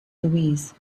louise